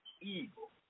evil